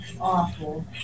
awful